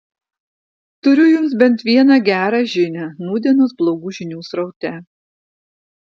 turiu jums bent vieną gerą žinią nūdienos blogų žinių sraute